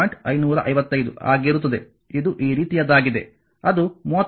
555 ಆಗಿರುತ್ತದೆ ಇದು ಈ ರೀತಿಯದ್ದಾಗಿದೆ ಅದು 38